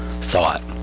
thought